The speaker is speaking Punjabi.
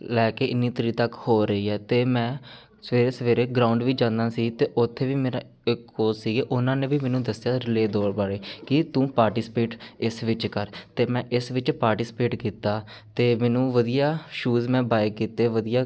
ਲੈ ਕੇ ਇੰਨੀ ਤਰੀਕ ਤੱਕ ਹੋ ਰਹੀ ਹੈ ਅਤੇ ਮੈਂ ਸਵੇਰੇ ਸਵੇਰੇ ਗਰਾਊਂਡ ਵੀ ਜਾਂਦਾ ਸੀ ਤਾਂ ਉੱਥੇ ਵੀ ਮੇਰਾ ਇੱਕ ਕੋਚ ਸੀਗੇ ਉਹਨਾਂ ਨੇ ਵੀ ਮੈਨੂੰ ਦੱਸਿਆ ਰਿਲੇਅ ਦੌੜ ਬਾਰੇ ਕਿ ਤੂੰ ਪਾਰਟੀਸਪੇਟ ਇਸ ਵਿੱਚ ਕਰ ਅਤੇ ਮੈਂ ਇਸ ਵਿੱਚ ਪਾਰਟੀਸਪੇਟ ਕੀਤਾ ਅਤੇ ਮੈਨੂੰ ਵਧੀਆ ਸ਼ੂਜ਼ ਮੈਂ ਬਾਏ ਕੀਤੇ ਵਧੀਆ